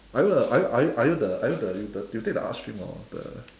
are you the are you are you are you the are you the are you take the art stream or the